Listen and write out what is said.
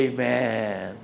Amen